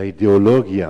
לאידיאולוגיה.